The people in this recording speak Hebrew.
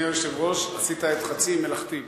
אדוני היושב-ראש, עשית את חצי מלאכתי בערך,